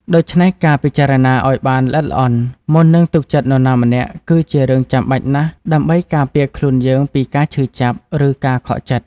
ដូច្នេះ ការពិចារណាឲ្យបានល្អិតល្អន់ មុននឹងទុកចិត្តនរណាម្នាក់ គឺជារឿងចាំបាច់ណាស់ដើម្បីការពារខ្លួនយើងពីការឈឺចាប់ ឬការខកចិត្ត។